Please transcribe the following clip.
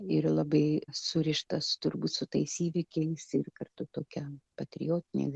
ir labai surištas turbūt su tais įvykiais ir kartu tokia patriotinė